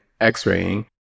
x-raying